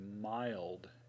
mild